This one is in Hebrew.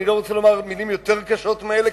אני לא רוצה לומר מלים יותר קשות מאלה,